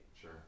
Sure